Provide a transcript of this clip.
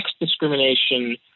discrimination